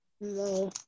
No